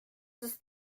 ist